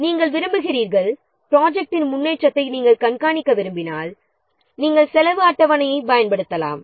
நாம் ப்ரொஜெக்ட்டின் முன்னேற்றத்தை கண்காணிக்க விரும்பினால் செலவு அட்டவணையைப் பயன்படுத்தலாம்